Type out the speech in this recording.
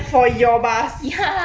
ya